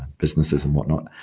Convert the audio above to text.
businesses and whatnot.